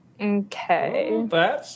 Okay